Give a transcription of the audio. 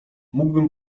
mógłbym